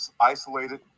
isolated